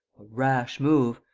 rash move!